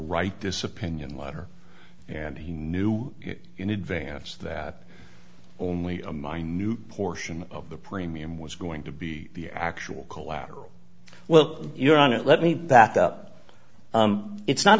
write this opinion water and he knew in advance that only a minute portion of the premium was going to be the actual collateral well you're on it let me put that up it's not